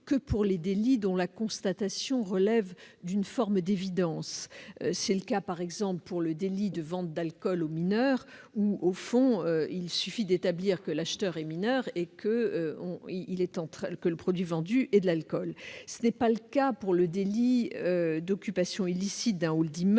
que pour les délits dont la constatation relève d'une forme d'évidence. C'est par exemple le cas pour le délit de vente d'alcool aux mineurs, où, au fond, il suffit d'établir que l'acheteur est mineur et que le produit vendu est de l'alcool. Ce n'est pas le cas pour le délit d'occupation illicite d'un hall d'immeuble,